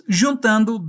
juntando